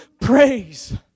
praise